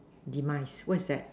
demise what's that